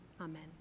amen